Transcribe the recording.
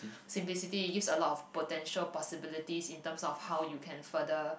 simplicity it gives a lot of potential possibilities in terms of how you can further